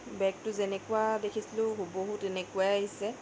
বেগটো যেনেকুৱা দেখিছিলোঁ হুবহু তেনেকুৱাই আহিছে